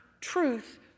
truth